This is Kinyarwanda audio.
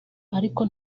ariko